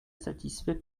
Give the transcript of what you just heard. satisfait